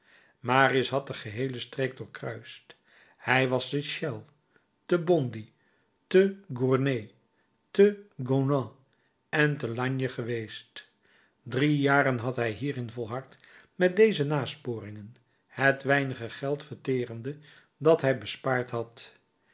marius had de geheele streek doorkruist hij was te chelles te bondy te gournay te nogent en te lagny geweest drie jaren had hij hierin volhard met deze nasporingen het weinige geld verterende dat hij bespaard had